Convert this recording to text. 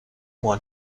want